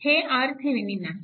हे RThevenin आहे